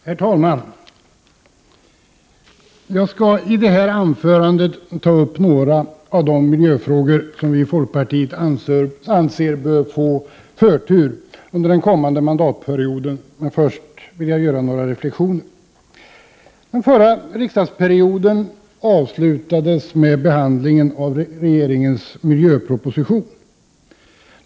Herr talman! Jag skall i detta anförande ta upp några av de miljöfrågor som vi i folkpartiet anser bör få förtur under den kommande mandatperioden, men först vill jag göra några reflexioner. Den förra riksdagsperioden avslutades med behandlingen av regeringens miljöproposition.